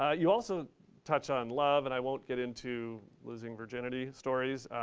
ah you also touch on love. and i won't get into losing virginity stories.